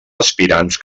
aspirants